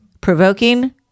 provoking